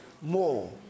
more